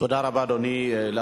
תודה רבה, אדוני.